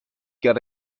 got